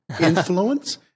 influence